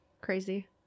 crazy